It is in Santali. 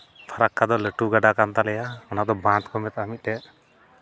ᱯᱷᱟᱨᱟᱠᱠᱟ ᱫᱚ ᱞᱟᱹᱴᱩ ᱜᱟᱰᱟ ᱠᱟᱱ ᱛᱟᱞᱮᱭᱟ ᱚᱱᱟ ᱫᱚ ᱵᱟᱸᱫᱷ ᱠᱚ ᱢᱮᱛᱟᱜᱼᱟ ᱢᱤᱫᱴᱮᱱ